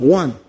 one